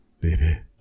baby